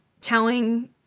telling